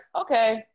okay